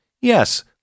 Yes